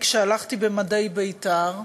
כשהלכתי במדי בית"ר.